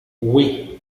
oui